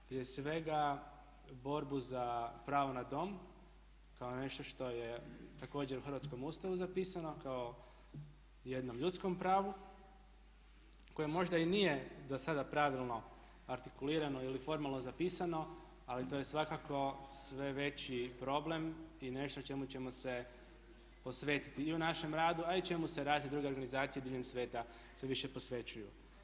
Prije svega borbu za pravo na dom kao nešto što je također u Hrvatskom ustavu zapisano kao jednom ljudskom pravu koje možda i nije dosada pravilno artikulirano ili formalno zapisano ali to je svakako sve veći problem i nešto čemu ćemo se posvetiti i u našem radu a i čemu se razne druge organizacije diljem svijeta sve više posvećuju.